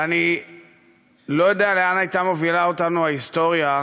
ואני לא יודע לאן הייתה מובילה אותנו ההיסטוריה,